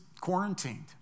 quarantined